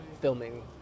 filming